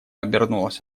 обернулась